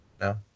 No